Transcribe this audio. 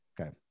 Okay